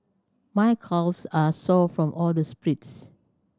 my calves are sore from all the sprints